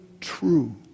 true